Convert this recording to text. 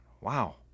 Wow